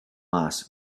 mass